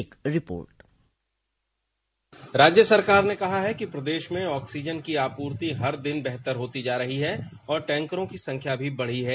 एक रिपोर्ट राज्य सरकार ने कहा है की प्रदेश में ऑक्सीजन की आपूर्ति हर दिन बेहतर होती जा रही है और टैंकरों की संख्या भी बढ़ी है